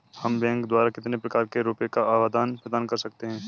हम बैंक द्वारा कितने प्रकार से रुपये का आदान प्रदान कर सकते हैं?